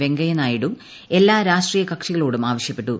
വെങ്കയ്യ നായിഡു എല്ലാ രാഷ്ട്രീയ കക്ഷികളോടൂം ആവശ്യപ്പെട്ടു